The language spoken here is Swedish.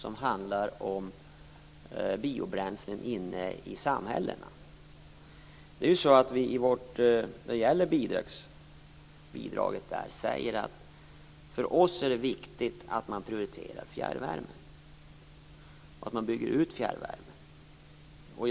De handlar om biobränslen inne i samhällena. När det gäller bidrag är det för oss viktigt att prioritera och bygga ut fjärrvärmen.